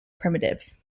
primitives